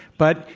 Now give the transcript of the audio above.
but,